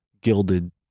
gilded